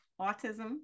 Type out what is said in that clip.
autism